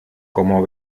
como